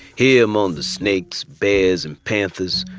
here among the snakes, bears, and panthers,